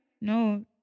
no